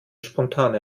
spontane